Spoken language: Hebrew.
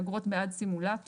אגרות בעד סימולטורים,